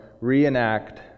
reenact